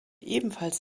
ebenfalls